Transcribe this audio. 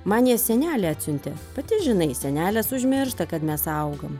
man jas senelė atsiuntė pati žinai senelės užmiršta kad mes augam